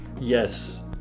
Yes